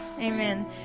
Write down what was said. Amen